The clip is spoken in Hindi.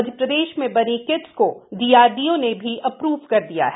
मध्यप्रदेश में बनी किट्स को डीआरडीओ ने भी एप्रूव कर दिया है